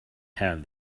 have